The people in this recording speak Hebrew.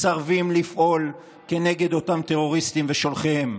מסרבים לפעול כנגד אותם טרוריסטים ושולחיהם.